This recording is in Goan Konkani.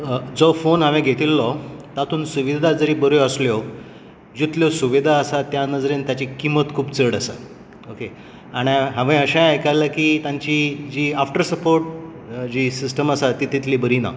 जो फोन हांवेन घेतिल्लो तातुंत सुविधा जरी बरी आसल्यो जितल्यो सुविधा आसा त्या नजरेन ताची किमंत खूब चड आसा ओके आनी हांवें अशें आयकलां तांची जी आफटर सपोर्ट जी सिस्टम आसा ती तितली बरी ना